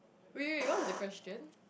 wait wait what's the question